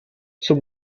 zum